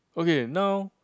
okay now